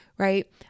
right